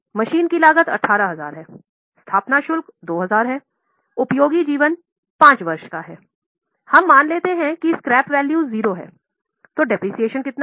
machinery की लागत 18000 है स्थापना शुल्क 2000 है उपयोगी जीवन 5 वर्ष है हम मान लेंगे कि स्क्रैप मूल्य 0 है तो मूल्यह्रास कितना है